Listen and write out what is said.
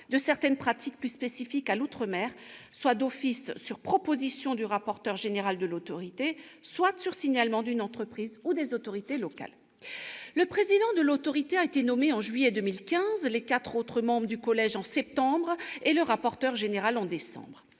-de certaines pratiques plus spécifiques à l'outre-mer, soit d'office sur proposition du rapporteur général de l'autorité, soit sur signalement d'une entreprise ou des autorités locales. Le président de l'autorité a été nommé en juillet 2015, les quatre autres membres du collège en septembre et le rapporteur général en décembre.